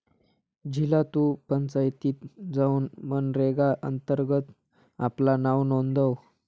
झिला तु पंचायतीत जाउन मनरेगा अंतर्गत आपला नाव नोंदव